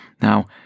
Now